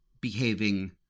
behaving